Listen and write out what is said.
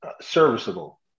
serviceable